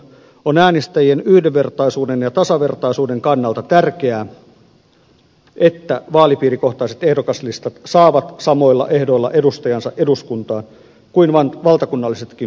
on äänestäjien yhdenvertaisuuden ja tasavertaisuuden kannalta tärkeää että vaalipiirikohtaiset ehdokaslistat saavat edustajansa eduskuntaan samoilla ehdoilla kuin valtakunnallisetkin puolueet